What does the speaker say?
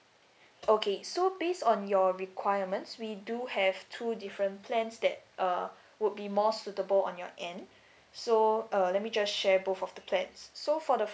okay so based on your requirements we do have two different plans that uh would be more suitable on your end so uh let me just share both of the plans so for the